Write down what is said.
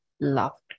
loved